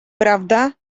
prawda